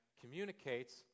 communicates